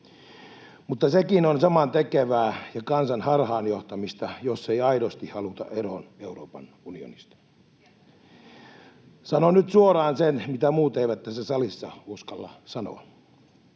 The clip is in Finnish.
mutta sekin on samantekevää ja kansan harhaanjohtamista, jos ei aidosti haluta eroon Euroopan unionista. [Eduskunnasta: Sieltähän se tuli!] Sanon nyt suoraan sen, mitä muut eivät tässä salissa uskalla sanoa: